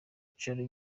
icyicaro